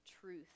truth